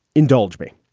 indulge me.